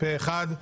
פה אחד.